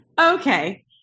Okay